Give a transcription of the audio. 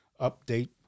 update